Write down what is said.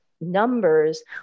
numbers